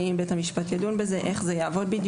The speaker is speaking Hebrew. האם בית המשפט ידון בזה ואיך זה יעבוד.